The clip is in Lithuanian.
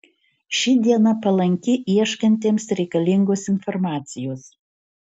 ši diena palanki ieškantiems reikalingos informacijos